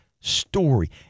story